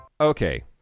Okay